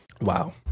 Wow